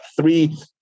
three